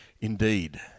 indeed